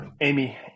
Amy